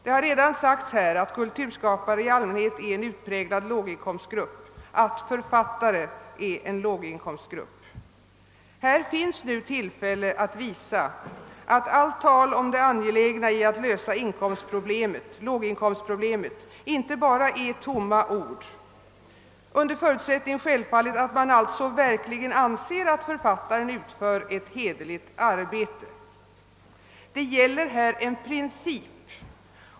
Det har redan sagts att kulturskaparna i allmänhet inklusive författarna är en utpräglad låginkomstgrupp. Här finns nu tillfälle att visa att allt tal om det angelägna i att lösa låginkomstproblemet inte bara är tomma ord — under förutsättning självfallet att man verk ligen anser att författarna utför ett hederligt arbete. Det gäller här en princip.